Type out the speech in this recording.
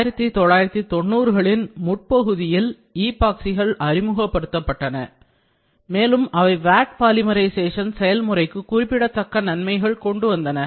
1990 களின் முற்பகுதியில் எபோக்சிகள் அறிமுகப்படுத்தப்பட்டன மேலும் அவை வாட் பாலிமரைசேஷன் செயல்முறைக்கு குறிப்பிடத்தக்க நன்மைகள் கொண்டு வந்தன